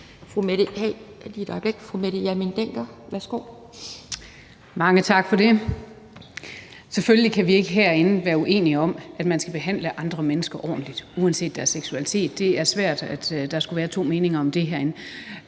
Fru Mette Hjermind Dencker, værsgo. Kl. 20:16 Mette Hjermind Dencker (DF): Mange tak for det. Selvfølgelig kan vi ikke herinde være uenige om, at man skal behandle andre mennesker ordentligt uanset deres seksualitet. Det er svært at tro, at der skulle være to meninger om det herinde.